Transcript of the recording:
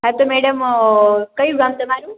હા તો મેડમ કયું ગામ તમારું